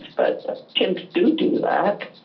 but chimps do do that,